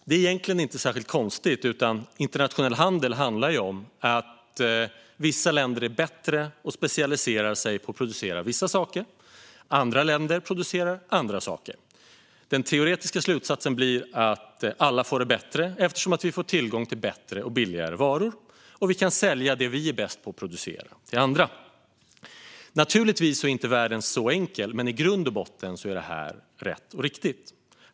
Det är egentligen inte särskilt konstigt; internationell handel handlar ju om att vissa länder är bättre på att producera vissa saker och specialiserar sig på dem, medan andra länder producerar andra saker. Den teoretiska slutsatsen blir att alla får det bättre eftersom vi får tillgång till bättre och billigare varor och kan sälja det vi är bäst på att producera till andra. Naturligtvis är världen inte så enkel, men i grund och botten är detta rätt och riktigt.